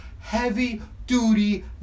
Heavy-duty